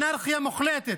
אנרכיה מוחלטת.